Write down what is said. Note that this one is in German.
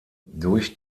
durch